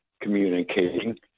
communicating